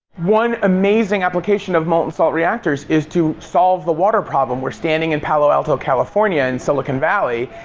one amazing application of molten salt reactors is to solve the water problem. we're standing in palo alto, california, in silicon valley,